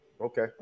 Okay